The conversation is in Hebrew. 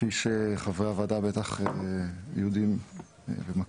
כפי שחברי הוועדה בטח כבר יודעים ומכירים,